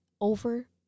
over